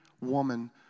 woman